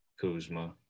Kuzma